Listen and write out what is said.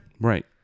right